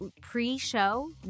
pre-show